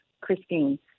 Christine